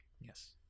Yes